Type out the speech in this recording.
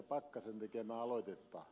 pakkasen tekemää aloitetta